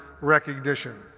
recognition